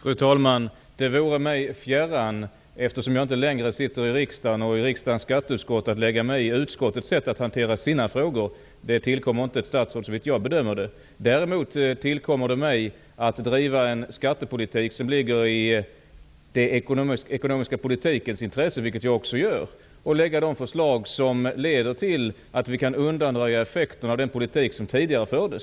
Fru talman! Det vore mig fjärran, eftersom jag inte längre sitter i riksdagen och riksdagens skatteutskott, att lägga mig i utskottets sätt att hantera sina frågor. Det tillkommer inte ett statsråd, såvitt jag bedömer det. Däremot tillkommer det mig att driva en skattepolitik som ligger i den ekonomiska politikens intressen, vilket jag också gör, och lägga fram förslag som leder till att vi kan undanröja effekterna av den politik som tidigare fördes.